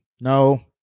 No